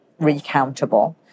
recountable